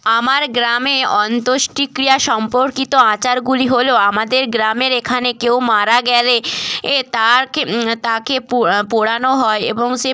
আমার গ্রামে অন্ত্যষ্টিক্রিয়া সম্পর্কিত আচারগুলি হলো আমাদের গ্রামের এখানে কেউ মারা গেলে এ তাকে তাকে পোড়ানো হয় এবং সে